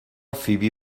فیبی